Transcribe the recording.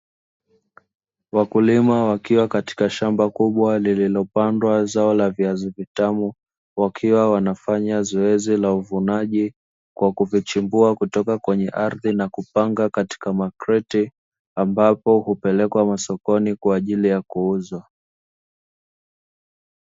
Wakulima wakiwa katika shamba kubwa, lililopandwa zao la viazi vitamu, wakiwa wanafanya zoezi la uvunaji kwa kuvichumbua kutoka kwenye ardhi na kupanga katika makreti na kupelekwa masokoni kwaajili ya kuuzwa.